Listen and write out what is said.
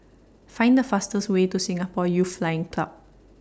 Find The fastest Way to Singapore Youth Flying Club